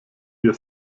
dir